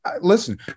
Listen